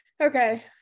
Okay